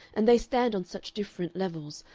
and they stand on such different levels,